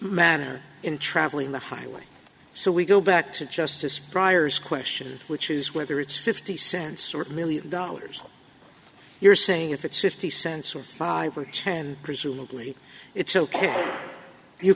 manner in travel in the highway so we go back to justice briar's question which is whether it's fifty cents or a million dollars you're saying if it's fifty cents or five or ten presumably it's ok you